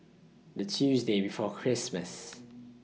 The Tuesday before Christmas